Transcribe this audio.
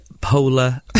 polar